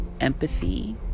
empathy